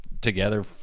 together